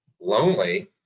lonely